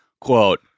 Quote